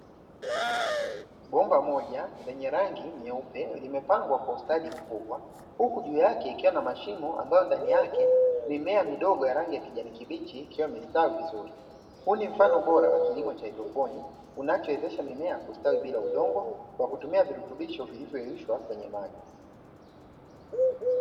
Bomba moja lenye rangi nyeupe limepangwa kwa ustadi mkubwa huku juu yake ikiwa na mashimo ambayo ndani yake mimea midogo ya rangi ya kijani kibichi ikiwa imestawi vizuri. Huu ni mfano bora wa kilimo cha haidroponi unachowezesha mimea kustawi bila udongo, kwa kutumia virutubisho vilivyoyeyushwa kwenye maji.